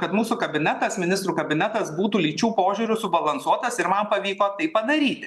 kad mūsų kabinetas ministrų kabinetas būtų lyčių požiūriu subalansuotas ir man pavyko padaryti